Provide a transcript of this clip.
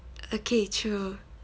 okay true